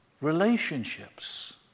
Relationships